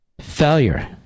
failure